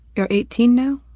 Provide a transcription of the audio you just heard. you're eighteen now?